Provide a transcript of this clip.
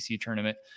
tournament